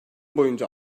boyunca